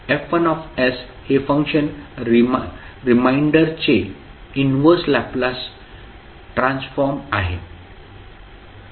F1 हे function रिमाइंडरचे inverse Laplace transform आहे